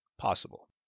possible